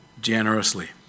generously